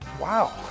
wow